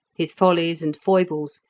his follies and foibles,